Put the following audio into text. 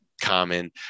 common